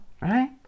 right